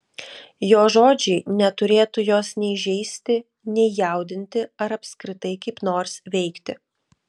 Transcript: jo žodžiai neturėtų jos nei žeisti nei jaudinti ar apskritai kaip nors veikti